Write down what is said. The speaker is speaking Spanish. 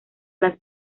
las